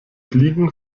fliegen